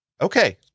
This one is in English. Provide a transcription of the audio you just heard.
Okay